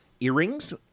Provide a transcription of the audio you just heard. earrings